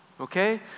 okay